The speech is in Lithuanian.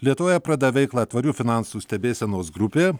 lietuvoje pradeda veiklą tvarių finansų stebėsenos grupė